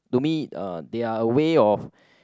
to me uh they are a way of